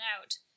out